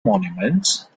monuments